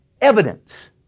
evidence